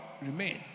remain